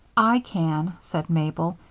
i can, said mabel.